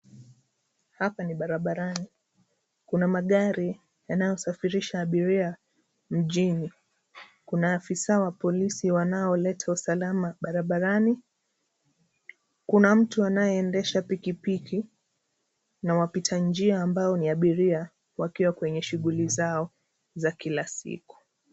Hapa ni barabarani, kuna magari yanayosafirisha abiria mjini. Kuna afisa wa polisi wanaoleta usalama barabarani. Kuna mtu anayeendesha pikipiki na wapita njia ambao ni abiria wakiwa kwenye shughuli zao za kila siku.